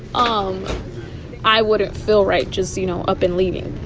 um i wouldn't feel right just, you know, up and leaving.